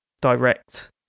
direct